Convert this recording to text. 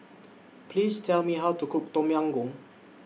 Please Tell Me How to Cook Tom Yam Goong